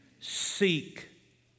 Seek